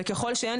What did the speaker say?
ככל שאין,